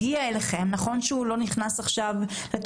נכון שזה לא נכנס לתוקף,